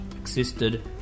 existed